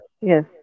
Yes